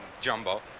jumbo